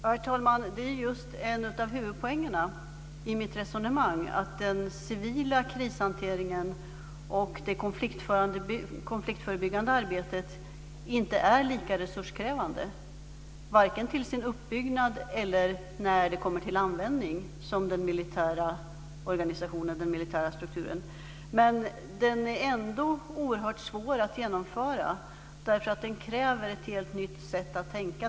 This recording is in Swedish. Herr talman! Det är just en av huvudpoängerna i mitt resonemang att den civila krishanteringen och det konfliktförebyggande arbetet inte är lika resurskrävande, vare sig när det gäller uppbyggnaden eller användningen, som den militära organisationen och den militära strukturen är. Men den är ändå oerhört svår att genomföra, för den kräver ett helt nytt sätt att tänka.